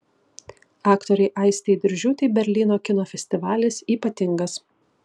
aktorei aistei diržiūtei berlyno kino festivalis ypatingas